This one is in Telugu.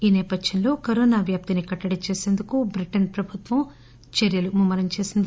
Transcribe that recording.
ఈ నేపథ్యంలో కోవిడ్ వ్యాప్తిని కట్టడి చేసేందుకు బ్రిటన్ ప్రభుత్వం చర్యలను ముమ్మ రం చేసింది